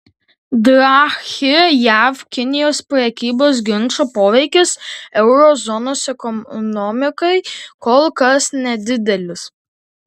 draghi jav kinijos prekybos ginčo poveikis euro zonos ekonomikai kol kas nedidelis